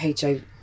HIV